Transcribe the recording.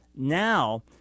Now